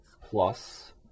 plus